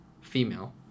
female